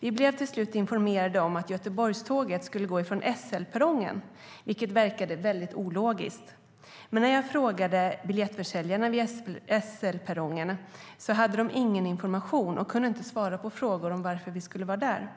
Vi blev till slut informerade om att Göteborgståget skulle gå från SL-perrongen, vilket verkade väldigt ologiskt. Men när jag frågade biljettförsäljarna vid SL-perrongen hade de ingen information och kunde inte svara på frågor om varför vi skulle vara där.